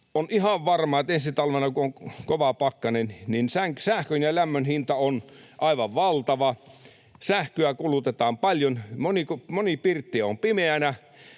On ihan varmaa, että ensi talvena, kun on kova pakkanen, sähkön ja lämmön hinta on aivan valtava, sähköä kulutetaan paljon, moni pirtti on pimeänä.